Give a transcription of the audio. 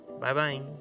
Bye-bye